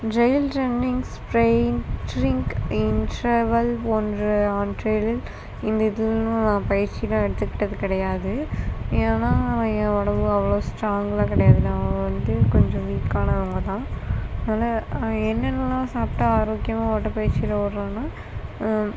trail running sprinting interval போன்ற ஆற்றலில் இந்த இதில் நான் பயிற்சியெலாம் எடுத்துக்கிட்டது கிடையாது ஏன்னால் நான் என் உடம்பு அவ்வளோ ஸ்ட்ராங்கெலாம் கிடையாது நான் வந்து கொஞ்சம் வீக்கானவங்க தான் அதனால் என்னென்னலாம் சாப்பிட்டா ஆரோக்கியமாக ஓட்ட பயிற்சியில் ஓடலான்னா